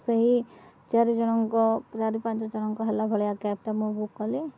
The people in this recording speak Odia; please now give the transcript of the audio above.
ସେହି ଚାରିଜଣଙ୍କ ଚାରି ପାଞ୍ଚ ଜଣଙ୍କ ହେଲା ଭଳିଆ କ୍ୟାବଟା ମୁଁ ବୁକ୍ କଲି